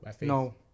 no